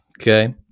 okay